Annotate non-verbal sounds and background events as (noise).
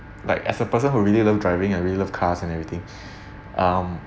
like as a person who really love driving and really love cars and everything (breath) um